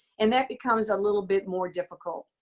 and that becomes a little bit more difficult.